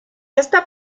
esta